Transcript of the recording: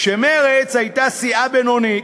כשמרצ הייתה סיעה בינונית